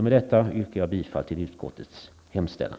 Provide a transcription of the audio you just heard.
Med detta yrkar jag bifall till utskottets hemställan.